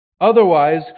Otherwise